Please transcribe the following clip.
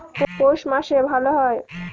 পৌষ মাসে ভালো হয়?